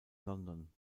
london